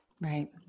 Right